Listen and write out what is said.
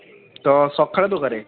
ତ ସକାଳେ ଦରକାର